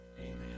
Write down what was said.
amen